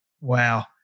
wow